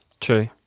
true